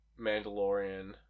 Mandalorian